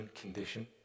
condition